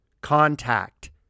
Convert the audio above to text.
contact